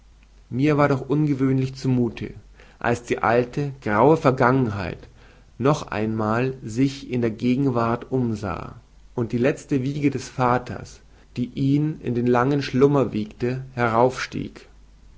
mir war doch ungewöhnlich zu muthe als die alte graue vergangenheit noch einmal sich in der gegenwart umsah und die lezte wiege des vaters die ihn in den langen schlummer wiegte